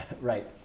Right